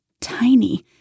tiny